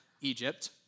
Egypt